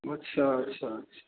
अच्छा अच्छा अच्छा